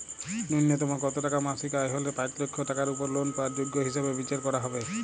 ন্যুনতম কত টাকা মাসিক আয় হলে পাঁচ লক্ষ টাকার উপর লোন পাওয়ার যোগ্য হিসেবে বিচার করা হবে?